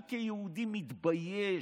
אני כיהודי מתבייש.